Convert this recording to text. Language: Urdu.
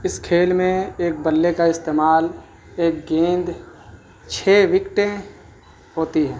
اس کھیل میں ایک بلے کا استعمال ایک گیند چھ وکٹیں ہوتی ہے